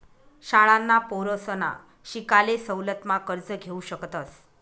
शाळांना पोरसना शिकाले सवलत मा कर्ज घेवू शकतस